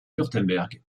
wurtemberg